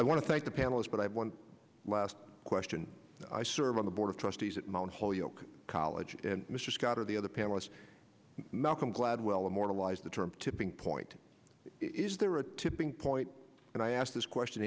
i want to thank the panelist but i have one last question i serve on the board of trustees at mount holyoke college and mr scott or the other panelist malcolm gladwell immortalized the term tipping point is there a tipping point and i ask this question